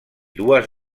dues